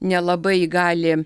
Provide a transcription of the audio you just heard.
nelabai gali